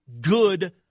good